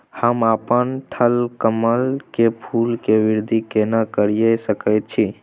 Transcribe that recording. हम अपन थलकमल के फूल के वृद्धि केना करिये सकेत छी?